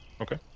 Okay